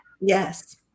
Yes